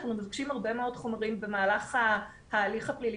אנחנו מבקשים הרבה מאוד חומרים במהלך ההליך הפלילי